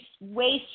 waste